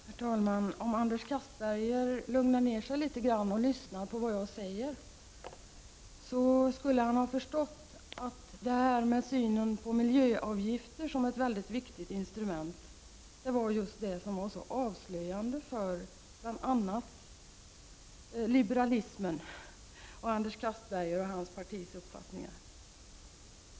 Herr talman! Om Anders Castberger lugnar ner sig litet och lyssnar till vad jag säger, skulle han förstå att detta med synen på miljöavgifter som ett väldigt viktigt instrument var just det avslöjande för bl.a. liberalismen och Anders Castberger och hans partis uppfattningar.